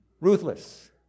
ruthless